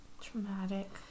Traumatic